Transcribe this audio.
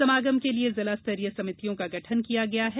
समागम के लिये जिला स्तरीय समितियों का गठन किया है